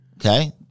Okay